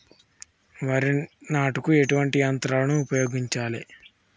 వరి నాటుకు ఎటువంటి యంత్రాలను ఉపయోగించాలే?